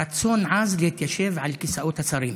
רצון עז להתיישב על כיסאות השרים,